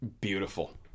beautiful